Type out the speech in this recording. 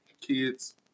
Kids